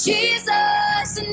Jesus